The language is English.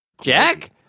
Jack